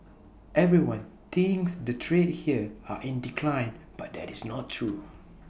everyone thinks the trade here are in decline but that is not true